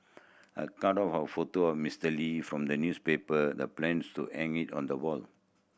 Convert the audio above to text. her cut out a photo of Mister Lee from the newspaper the plans to hang it on the wall